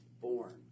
born